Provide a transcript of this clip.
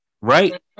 right